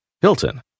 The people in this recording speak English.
Hilton